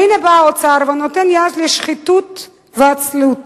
והנה בא האוצר ונותן יד לשחיתות ועצלות.